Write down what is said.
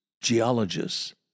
geologists